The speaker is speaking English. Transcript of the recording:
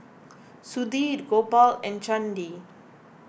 Sudhir Gopal and Chandi